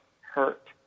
hurt